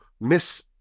miss